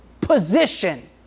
position